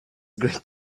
great